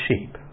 sheep